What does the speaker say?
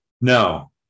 No